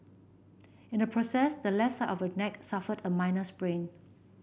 in the process the left side of her neck suffered a minor sprain